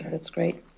that's great.